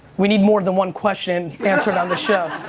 we need more than one question answered on the show.